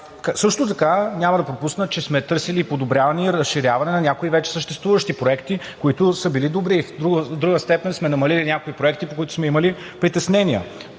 Също така няма да пропусна, че сме търсили подобряване и разширяване на някои вече съществуващи проекти, които са били добри. В друга степен сме намалили някои проекти, по които сме имали притеснения.